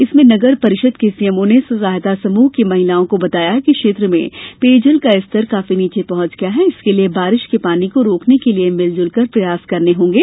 इसमें नगर परिषद के सीएमओ ने स्वसहायता समूह की महिलाओं को बताया कि क्षैत्र में पेयजल का स्तर काफी नीचे पहुंच गया है इसके लिये बारिश के पानी को रोकने के लिये मिलजुल कर प्रयास करना होगें